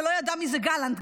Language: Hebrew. ולא ידע מזה גלנט.